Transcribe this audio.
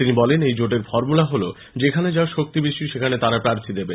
তিনি বলেন এই জোটের ফরমুলা হলো যেখানে যার শক্তি বেশি সেখানে তারা প্রার্থী দেবে